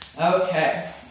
Okay